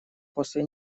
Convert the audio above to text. после